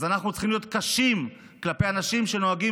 אז אנחנו צריכים להיות קשים כלפי אנשים שנוהגים